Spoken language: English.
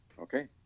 okay